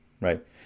right